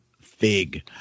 fig